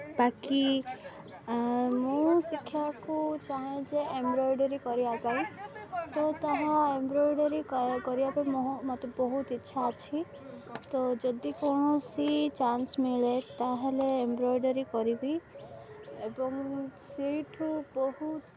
ବାକି ମୁଁ ଶିଖିବାକୁ ଚାହେଁ ଯେ ଏମ୍ବ୍ରଏଡ଼ୋରୀ କରିବା ପାଇଁ ତ ତାହା ଏମ୍ବ୍ରଏଡଡ଼ୋରୀ କରିବା ପାଇଁ ମୁଁ ମୋତେ ବହୁତ ଇଚ୍ଛା ଅଛି ତ ଯଦି କୌଣସି ଚାନ୍ସ ମିଳେ ତା'ହେଲେ ଏମ୍ବ୍ରଏଡଡ଼ୋରୀ କରିବି ଏବଂ ସେଇଠୁ ବହୁତ